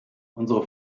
unsere